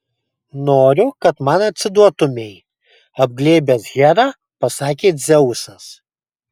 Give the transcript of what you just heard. noriu kad man atsiduotumei apglėbęs herą pasakė dzeusas